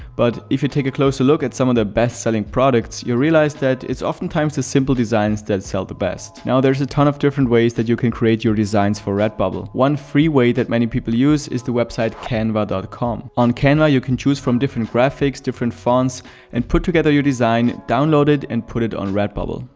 but if you take a closer look at some of their best-selling products, you'll realize that it's oftentimes the simple designs that sell the best. now, there's a ton of different ways that you can create your designs for redbubble. one free way that many people use is the website canva and com. on canva you can choose from different graphics, different fonts and put together your design, download it and put it on redbubble.